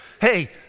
hey